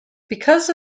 because